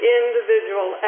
individual